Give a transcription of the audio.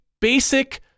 basic